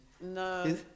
No